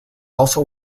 also